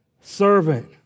servant